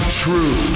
true